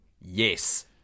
yes